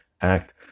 act